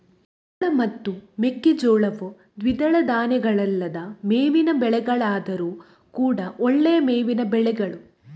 ಜೋಳ ಮತ್ತು ಮೆಕ್ಕೆಜೋಳವು ದ್ವಿದಳ ಧಾನ್ಯಗಳಲ್ಲದ ಮೇವಿನ ಬೆಳೆಗಳಾದ್ರೂ ಕೂಡಾ ಒಳ್ಳೆಯ ಮೇವಿನ ಬೆಳೆಗಳು